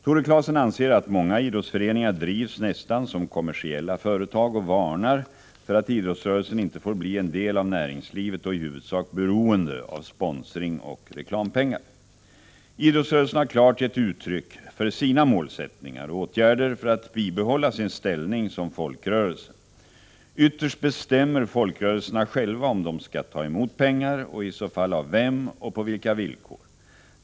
Tore Claeson anser att många idrottsföreningar drivs nästan som kommersiella företag och varnar för att idrottsrörelsen inte får bli en del av näringslivet och i huvudsak beroende av sponsring och reklampengar. Idrottsrörelsen har klart gett uttryck för sina målsättningar och åtgärder för att bibehålla sin ställning som folkrörelse. Ytterst bestämmer folkrörelserna själva om de skall ta emot pengar och i så fall av vem och på vilka villkor.